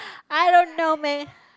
I don't know meh